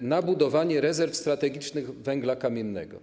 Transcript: na budowanie rezerw strategicznych węgla kamiennego?